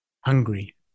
Hungry